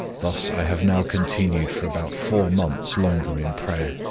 thus i have now continued for about four months longer in prayer,